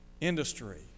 industry